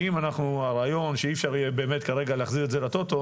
אם הרעיון שאי אפשר כרגע להחזיר את זה ל"טוטו"